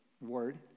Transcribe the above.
word